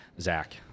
Zach